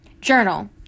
journal